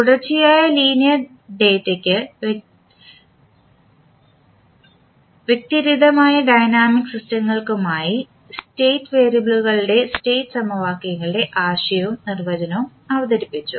തുടർച്ചയായ ലീനിയർ ഡാറ്റയ്ക്കും വ്യതിരിക്തമായ ഡൈനാമിക് സിസ്റ്റങ്ങൾക്കുമായി സ്റ്റേറ്റ് വേരിയബിളുകളുടെയും സ്റ്റേറ്റ് സമവാക്യങ്ങളുടെയും ആശയവും നിർവചനവും അവതരിപ്പിച്ചു